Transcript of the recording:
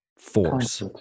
force